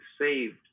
saved